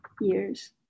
years